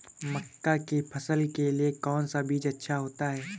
मक्का की फसल के लिए कौन सा बीज अच्छा होता है?